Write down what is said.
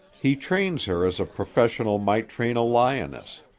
he trains her as a professional might train a lioness.